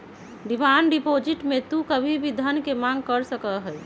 demand deposit में तू कभी भी धन के मांग कर सका हीं